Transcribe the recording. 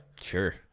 Sure